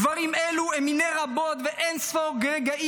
דברים אלו הם חלק מני אין-ספור רגעים